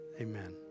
amen